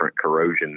corrosion